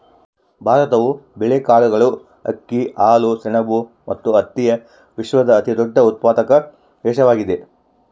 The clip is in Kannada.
ಭಾರತವು ಬೇಳೆಕಾಳುಗಳು, ಅಕ್ಕಿ, ಹಾಲು, ಸೆಣಬು ಮತ್ತು ಹತ್ತಿಯ ವಿಶ್ವದ ಅತಿದೊಡ್ಡ ಉತ್ಪಾದಕ ದೇಶವಾಗಿದೆ